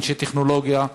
אנשי טכנולוגיה,